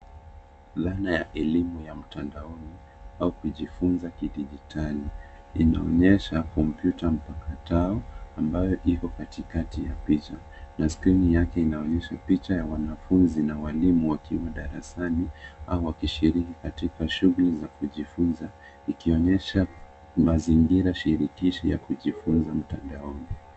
Alama ya elimu ya mtandaoni au kujifunza kidijitali. Inaonyesha kompyuta mpakatao ambayo iko katikati ya picha na skrini yake inaonyesha picha ya wanafunzi na walimu wakiwa darasani au wakishiriki katika shughuli za kujifunza; ikionyesha mazingira shirikishi ya kujifunza mtandaoni.